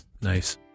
Nice